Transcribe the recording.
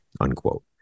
unquote